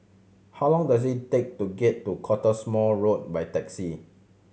how long does it take to get to Cottesmore Road by taxi